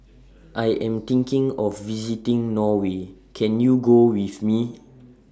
I Am thinking of visiting Norway Can YOU Go with Me